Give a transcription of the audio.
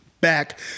back